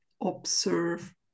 observe